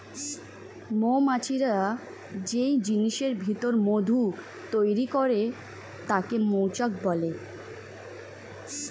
মৌমাছিরা যেই জিনিসের ভিতর মধু তৈরি করে তাকে মৌচাক বলে